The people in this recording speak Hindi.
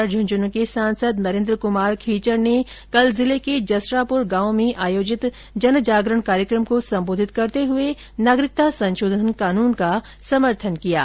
उधर झुंझुनू के सांसद नरेन्द्र कुमार खीचड़ ने कल जिले के जसरापुर गांव में आयोजित जन जागरण कार्यक्रम को संबोधित करते हुए नागरिकता संशोधन कानून का समर्थन किया